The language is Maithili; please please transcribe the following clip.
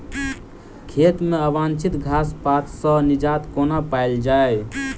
खेत मे अवांछित घास पात सऽ निजात कोना पाइल जाइ?